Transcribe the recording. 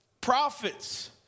prophets